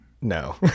No